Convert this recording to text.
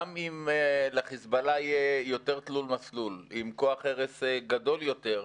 גם אם לחיזבאללה יהיה יותר תלול מסלול עם כוח הרס גדול יותר,